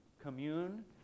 commune